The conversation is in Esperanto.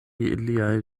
iliaj